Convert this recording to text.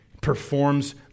Performs